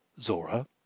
Zora